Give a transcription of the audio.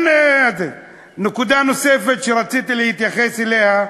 נקודה נוספת שרציתי להתייחס אליה: